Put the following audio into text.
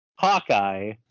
Hawkeye